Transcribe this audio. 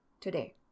today